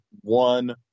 one